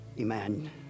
amen